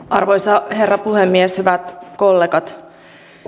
arvoisa herra puhemies hyvät kollegat